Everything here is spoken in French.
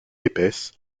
épaisse